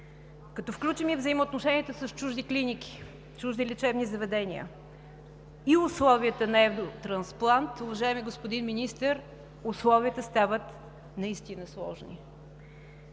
Като включим и взаимоотношенията с чужди клиники, чужди лечебни заведения и условията на Евротрансплант, уважаеми господин Министър, условията стават наистина сложни.